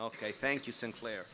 ok thank you sinclair